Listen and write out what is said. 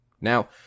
Now